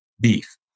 beef